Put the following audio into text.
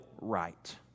right